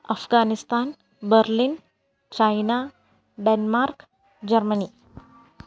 Afghanistan Berlin China Denmark Germany